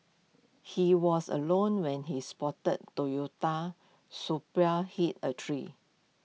he was alone when his sporty Toyota Supra hit A tree